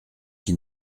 qui